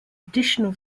additional